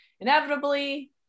Inevitably